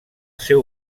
seu